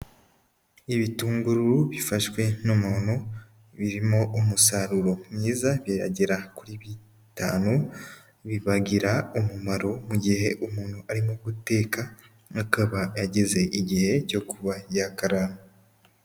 Ibitunguru bifashwe n'umuntu, birimo umusaruro mwiza, bikagera kuri bitanu, bikagira umumaro mu gihe umuntu arimo guteka, akaba yageze igihe cyo kuba yakaranga